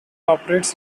operates